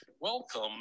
Welcome